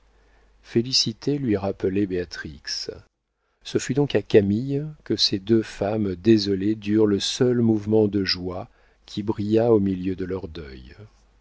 félicité lui rappelait béatrix ce fut donc à camille que ces deux femmes désolées durent le seul mouvement de joie qui brilla au milieu de leur deuil